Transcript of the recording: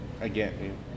again